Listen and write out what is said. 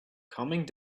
coming